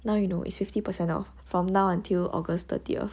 now you know it's fifty percent off from now until august thirtieth